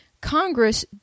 Congress